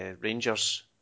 Rangers